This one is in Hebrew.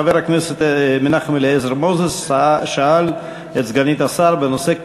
חבר הכנסת מנחם אליעזר מוזס ישאל את סגנית השר בנושא: